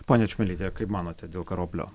ponia čmilyte kaip manote dėl karoblio